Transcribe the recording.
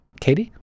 Katie